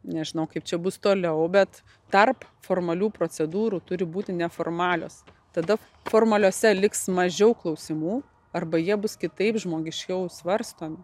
nežinau kaip čia bus toliau bet tarp formalių procedūrų turi būti neformalios tada formaliose liks mažiau klausimų arba jie bus kitaip žmogiškiau svarstomi